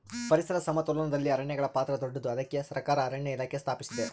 ಪರಿಸರ ಸಮತೋಲನದಲ್ಲಿ ಅರಣ್ಯಗಳ ಪಾತ್ರ ದೊಡ್ಡದು, ಅದಕ್ಕೆ ಸರಕಾರ ಅರಣ್ಯ ಇಲಾಖೆ ಸ್ಥಾಪಿಸಿದೆ